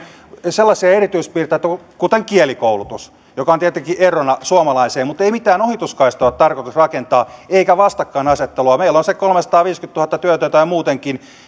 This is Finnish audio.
sellaisia erityispiirteitä kuten kielikoulutus joka on tietenkin erona suomalaiseen mutta ei mitään ohituskaistoja ole tarkoitus rakentaa eikä vastakkainasettelua meillä on se kolmesataaviisikymmentätuhatta työtöntä ja muutenkin